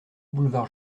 boulevard